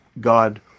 God